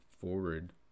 forward